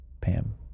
Pam